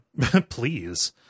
Please